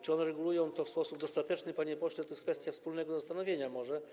Czy one regulują to w sposób dostateczny, panie pośle, to jest kwestia wspólnego zastanowienia się nad tym.